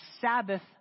Sabbath